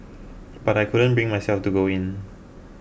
but I couldn't bring myself to go in